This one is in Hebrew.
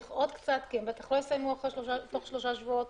הארכה נוספת כי הם בטח לא יסיימו אחרי שלושה שבועות.